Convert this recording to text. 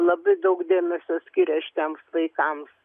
labai daug dėmesio skiria šiems vaikams